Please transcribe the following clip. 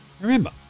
Remember